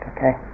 Okay